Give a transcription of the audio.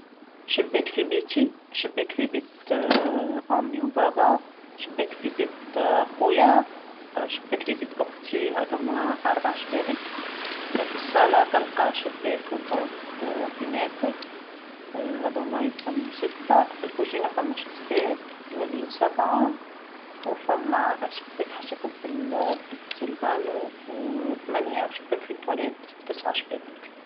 شباك في بيتي، شباك في بيت أمي وبابا، شباك في بيت خويا، شباك في بيت أختي، هاذوما أربع شبابك، في الصاله طالقه شباك وباب نافذه، هاذوما يتسمو سته، في الكوزينه فما شباك يوليو سبعه، وفما شباك حاشاكم في ال- بيت الفانو ثمانيه وشباك في المرحاض، تسع شبابك.